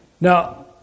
Now